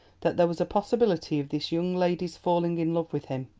that there was a possibility of this young lady's falling in love with him.